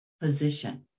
position